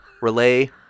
Relay